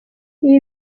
ibi